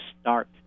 start